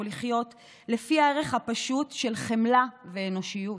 לחיות לפי הערך הפשוט של חמלה ואנושיות.